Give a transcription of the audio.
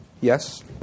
Yes